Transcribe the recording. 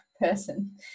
person